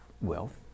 wealth